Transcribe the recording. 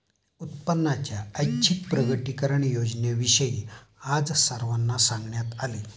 उत्पन्नाच्या ऐच्छिक प्रकटीकरण योजनेविषयी आज सर्वांना सांगण्यात आले